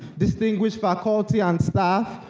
distinguished faculty and staff,